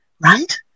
right